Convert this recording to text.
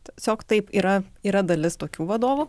tiesiog taip yra yra dalis tokių vadovų